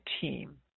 team